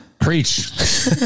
Preach